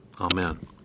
Amen